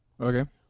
Okay